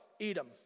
Edom